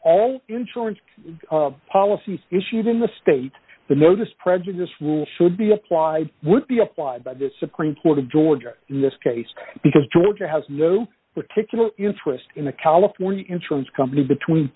all insurance policies issued in the state the notice prejudice rules should be applied would be applied by the supreme court of georgia in this case because georgia has no particular interest in the california insurance company between